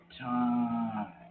time